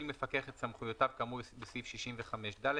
מפקח את סמכויותיו כאמור בסעיף 65ד,